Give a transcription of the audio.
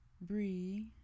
Bree